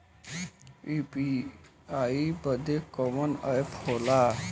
UPI बदे कवन app होला?